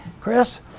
Chris